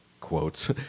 quotes